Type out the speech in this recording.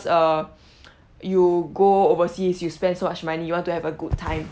err you go overseas you spend so much money you want to have a good time